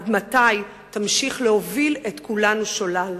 עד מתי תמשיך להוליך את כולנו שולל?